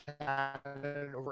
over